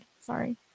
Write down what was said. Sorry